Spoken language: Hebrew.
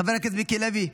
חבר הכנסת מיקי לוי,